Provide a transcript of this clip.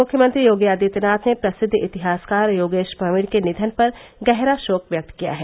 मुख्यमंत्री योगी आदित्यनाथ ने प्रसिद्ध इतिहासकार योगेश प्रवीण के निधन पर गहरा शोक व्यक्त किया है